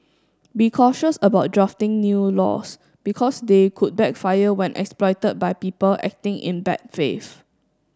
be cautious about drafting new laws because they could backfire when exploited by people acting in bad faith